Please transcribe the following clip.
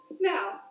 Now